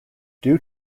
due